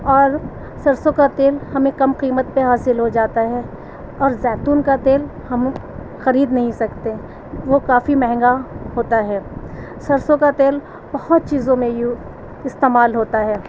اور سرسوں کا تیل ہمیں کم قیمت پہ حاصل ہو جاتا ہے اور زیتون کا تیل ہم خرید نہیں سکتے وہ کافی مہنگا ہوتا ہے سرسوں کا تیل بہت چیزوں میں یوں استعمال ہوتا ہے